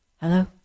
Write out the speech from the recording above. Hello